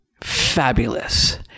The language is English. fabulous